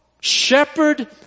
Shepherd